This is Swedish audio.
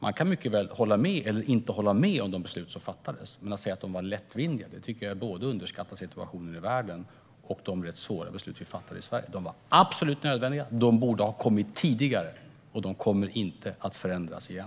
Man kan hålla med eller inte hålla med om det rätta i de beslut som fattades, men att säga att de var lättvindiga är både att underskatta situationen i världen och de rätt svåra beslut vi fattade i Sverige. De var absolut nödvändiga. De borde ha kommit tidigare. De kommer inte att förändras igen.